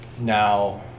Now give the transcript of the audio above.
now